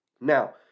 Now